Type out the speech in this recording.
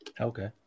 Okay